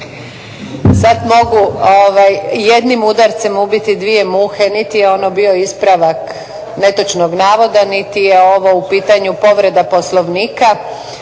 Sad mogu jednim udarcem ubiti dvije muhe. Niti je ono bio ispravak netočnog navoda, niti je ovo u pitanju povreda Poslovnika.